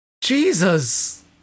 Jesus